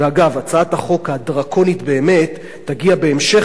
הצעת החוק הדרקונית באמת תגיע בהמשך הערב,